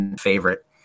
favorite